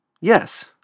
Yes